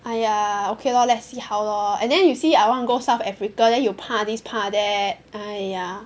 !aiya! okay lor let's see how lor and then you see I want to go South Africa then you 怕 this 怕 that !aiya!